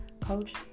coach